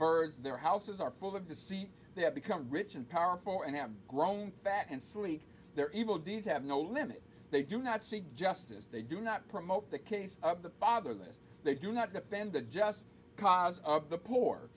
birds their houses are full of the sea they have become rich and powerful and have grown fat and sleek they're evil deeds have no limit they do not seek justice they do not promote the case of the fatherless they do not defend the just cause the poor